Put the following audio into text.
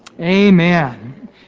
Amen